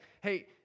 hey